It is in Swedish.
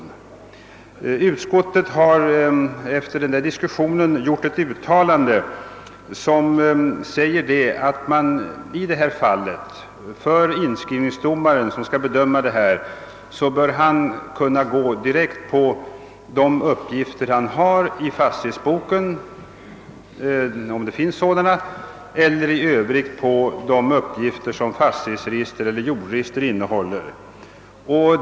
Efter diskussion om denna sak har utskottet gjort ett uttalande, vari sägs att inskrivningsdomaren i de fall som han har att bedöma bör kunna gå direkt till de uppgifter han har i fastighetsboken, om det finns sådana, eller i övrigt till de uppgifter som fastighetsregister eller jordregister innehåller.